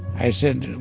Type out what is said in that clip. i said,